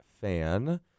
fan